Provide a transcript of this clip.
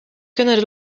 kunnen